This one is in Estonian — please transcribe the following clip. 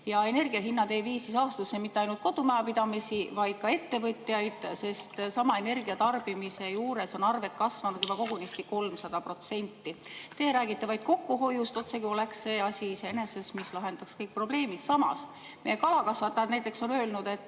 Energia hinnad ei vii ahastusse mitte ainult kodumajapidamisi, vaid ka ettevõtjaid, sest sama energiatarbimise juures on arved kasvanud juba kogunisti 300%. Te räägite vaid kokkuhoiust, otsekui oleks see asi iseeneses, mis lahendaks kõik probleemid. Samas meie kalakasvatajad näiteks on öelnud, et